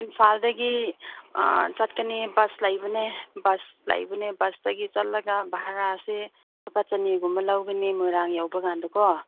ꯏꯝꯐꯥꯜꯗꯒꯤ ꯆꯠꯀꯅꯤ ꯕꯁ ꯂꯩꯕꯅꯦ ꯕꯁ ꯂꯩꯕꯅꯦ ꯕꯁꯇꯒꯤ ꯆꯠꯂꯒ ꯚꯥꯔꯥꯁꯦ ꯂꯨꯄꯥ ꯆꯅꯤꯒꯨꯝꯕ ꯂꯧꯒꯅꯤ ꯃꯣꯏꯔꯥꯡ ꯌꯧꯕ ꯀꯥꯟꯗꯀꯣ